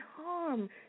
harm